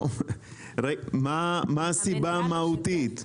מה הסיבה המהותית?